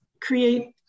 create